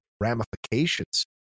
ramifications